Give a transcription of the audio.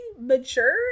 mature